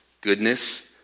goodness